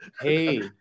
Hey